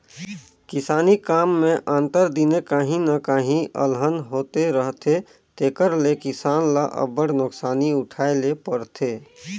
किसानी काम में आंतर दिने काहीं न काहीं अलहन होते रहथे तेकर ले किसान ल अब्बड़ नोसकानी उठाए ले परथे